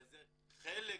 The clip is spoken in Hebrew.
אבל זה חלק